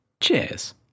Cheers